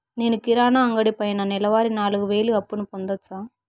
నేను కిరాణా అంగడి పైన నెలవారి నాలుగు వేలు అప్పును పొందొచ్చా?